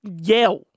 yell